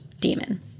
demon